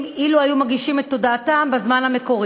לו אילו הגישו את הודעתם בזמן המקורי.